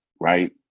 right